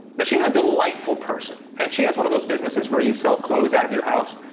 and she's a delightful person, and she has one of those businesses where you sell clothes out of your house.